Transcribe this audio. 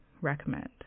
recommend